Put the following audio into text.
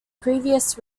previous